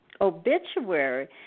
obituary